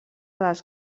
dels